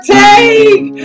take